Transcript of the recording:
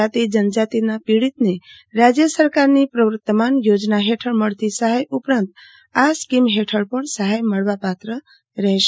જાતિ જનજાતિનાં પીડીતને રાજ્ય સરકારની પ્રવર્તમાન ચોજના હેઠળમળતી સહાય ઉપરાંત આ સ્કીમ હેઠળ પણ સહાય મળવાપાત્ર રહેશે